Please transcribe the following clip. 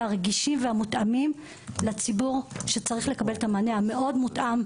הרגישים והמותאמים לציבור שצריך לקבל את המענה המאוד מותאם,